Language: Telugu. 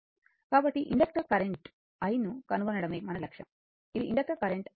కాబట్టి ఇండక్టర్ కరెంట్ i ను కనుగొనడమే మన లక్ష్యం ఇది ఇండక్టర్ కరెంట్ i